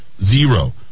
Zero